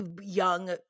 young